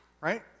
right